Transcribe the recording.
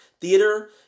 theater